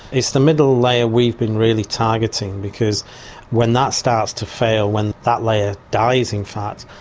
it's the middle layer we've been really targeting, because when that starts to fail, when that layer dies in fact,